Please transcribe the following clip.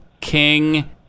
King